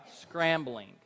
scrambling